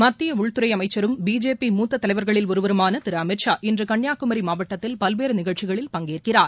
மத்திய உள்துறை அமைச்சரும் பிஜேபி மூத்த தலைவர்களில் ஒருவருமான திரு அமித் ஷா இன்று கன்னியாகுமரி மாவட்டத்தில் பல்வேறு நிகழ்ச்சிகளில் பங்கேற்கிறார்